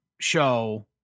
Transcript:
show